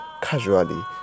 casually